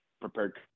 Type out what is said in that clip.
prepared